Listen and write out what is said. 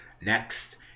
next